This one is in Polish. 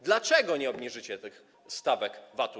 Dlaczego nie obniżycie tych stawek VAT?